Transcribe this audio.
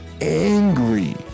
angry